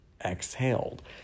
exhaled